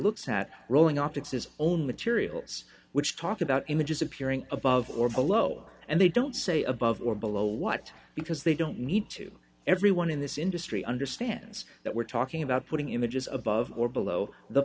looks at rolling optics is only tiriel it's which talk about images appearing above or below and they don't say above or below what because they don't need to everyone in this industry understands that we're talking about putting images above or below the